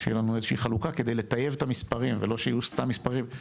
שיהיו לנו איזושהי חלוקה כדי לטייב את המספרים ולא שיהיו סתם מספרים.